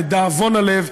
לדאבון הלב,